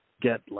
get